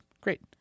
Great